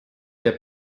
der